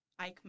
Eichmann